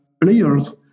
players